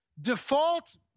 default